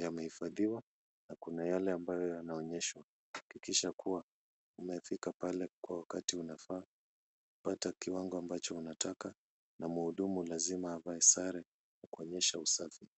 yamehifadhiwa na kuna yale ambayo yanaonyeshwa. Hakikisha kuwa umefika pale kwa wakati unafaa kupata kiwango ambacho unataka na mhudumu lazima avae sare kuonyesha usafi.